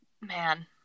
man